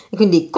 quindi